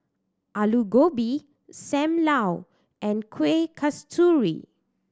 Aloo Gobi Sam Lau and Kueh Kasturi